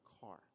car